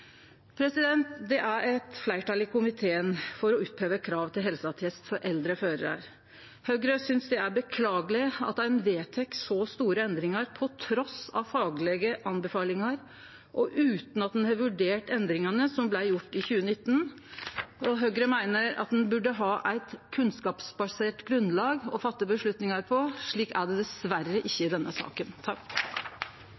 Det er eit fleirtal i komiteen for å oppheve kravet til helseattest for eldre førarar. Høgre synest det er beklageleg at ein vedtek så store endringar trass i faglege anbefalingar og utan at ein har vurdert endringane som blei gjorde i 2019. Høgre meiner at ein bør ha eit kunnskapsbasert grunnlag for avgjerder. Slik er det dessverre